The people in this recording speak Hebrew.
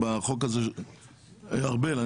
ארבל,